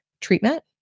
treatment